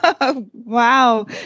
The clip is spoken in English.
Wow